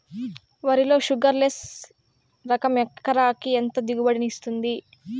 వరి లో sugarless less రకం ఎకరాకి ఎంత దిగుబడినిస్తుంది